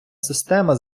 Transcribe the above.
система